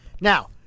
Now